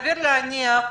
סביר להניח,